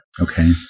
Okay